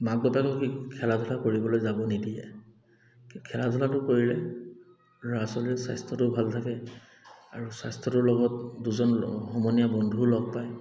মাক বাপেকক সেই খেলা ধূলা কৰিবলৈ যাব নিদিয়ে খেলা ধূলাটো কৰিলে ল'ৰা ছোৱালীৰ স্বাস্থ্যটো ভাল থাকে আৰু স্বাস্থ্যটোৰ লগত দুজন সমনীয়া বন্ধু লগ পায়